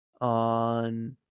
on